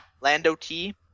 Lando-T